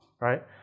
Right